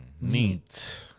Neat